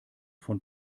von